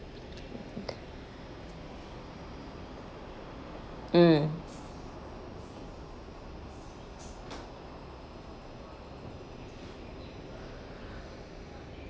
mm